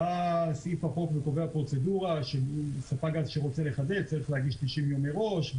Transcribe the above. סעיף החוק קובע פרוצדורה שספק גז שרוצה לחדש צריך להגיש 90 יום מראש.